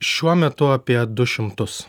šiuo metu apie du šimtus